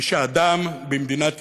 היא שאדם במדינת ישראל,